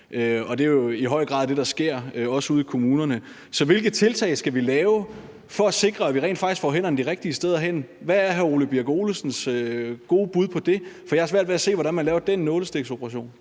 og det er jo i høj grad det, der sker, også ude i kommunerne. Så hvilke tiltag skal vi lave for at sikre, at vi rent faktisk får hænderne de rigtige steder hen? Hvad er hr. Ole Birk Olesens gode bud på det? For jeg har svært ved at se, hvordan man laver den nålestiksoperation.